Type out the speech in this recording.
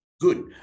good